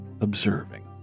observing